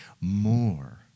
more